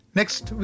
next